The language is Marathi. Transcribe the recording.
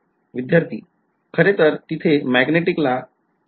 विध्यार्थी खरे तर तिथे मॅग्नेटिक ला bright आऊट आहे